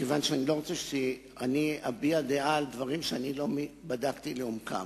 כיוון שאני לא רוצה להביע דעה על דברים שלא בדקתי לעומקם.